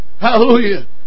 Hallelujah